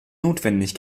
notwendig